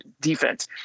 defense